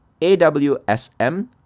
AWSM